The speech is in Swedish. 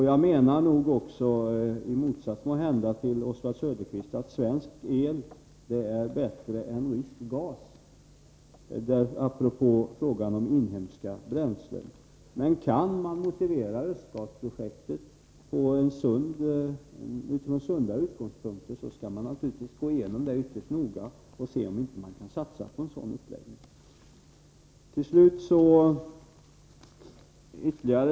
Jag menar, måhända i motsats till Oswald Söderqvist, att svensk el är bättre än rysk gas — apropå frågan om inhemska bränslen. Men kan man motivera Östgasprojektet utifrån sunda utgångspunkter, skall detta naturligtvis undersökas ytterst noga för att vi skall få klart för oss om vi kan satsa på en sådan uppläggning.